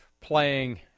playing